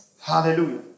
Hallelujah